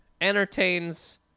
entertains